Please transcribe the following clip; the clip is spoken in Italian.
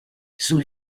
sul